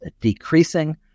decreasing